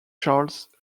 charles